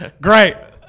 Great